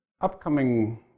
upcoming